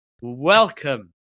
welcome